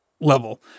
level